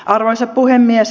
arvoisa puhemies